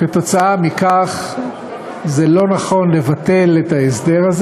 ולכן אין זה נכון לבטל את ההסדר הזה,